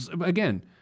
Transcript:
Again